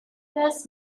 was